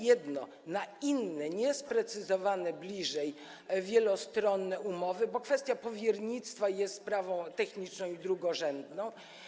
Jedno - na inne, niesprecyzowane bliżej wielostronne umowy, bo kwestia powiernictwa jest sprawą techniczną i drugorzędną.